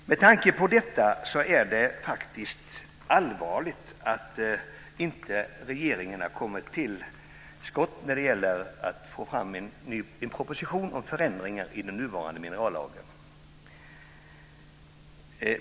Med tanke på detta är det faktiskt allvarligt att regeringen inte har kommit till skott när det gäller att få fram en proposition om förändringar i den nuvarande minerallagen.